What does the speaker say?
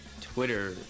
Twitter